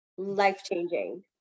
life-changing